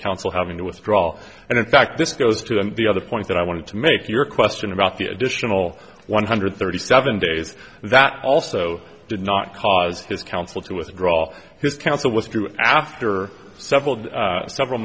counsel having to withdraw and in fact this goes to the other point that i wanted to make your question about the additional one hundred thirty seven days that also did not cause his counsel to withdraw his counsel withdrew after several several